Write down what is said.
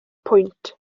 pwynt